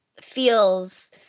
feels